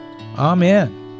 Amen